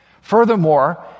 Furthermore